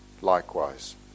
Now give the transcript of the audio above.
likewise